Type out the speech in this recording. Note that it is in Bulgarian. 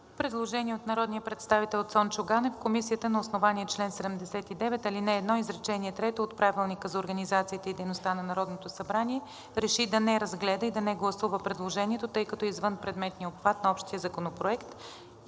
Предложение от народния представител Цончо Ганев. Комисията на основание чл. 79, ал. 1, изречение трето от Правилника за организацията и дейността на Народното събрание реши да не разгледа и да не гласува предложението, тъй като е извън предметния обхват на Общия законопроект.